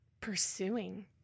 pursuing